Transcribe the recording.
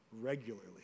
regularly